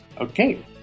Okay